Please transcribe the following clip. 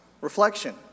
reflection